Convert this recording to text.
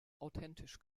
authentisch